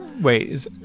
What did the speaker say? Wait